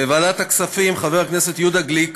בוועדת הכספים, חבר הכנסת יהודה גליק